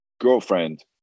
girlfriend